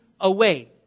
away